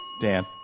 Dan